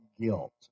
guilt